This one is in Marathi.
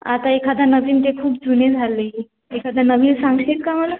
आता एखादा नवीन ते खूप जुने झाले एखादा नवीन सांगशील का मला